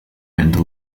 end